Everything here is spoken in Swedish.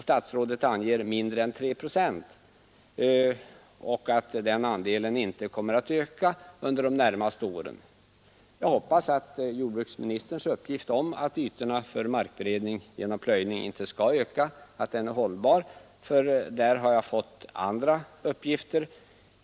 Statsrådet anger mindre än tre procent och att den andelen inte kommer att öka under de närmaste åren. Jag hoppas att jordbruksministerns uppgift är hållbar. Jag har fått andra uppgifter.